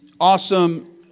awesome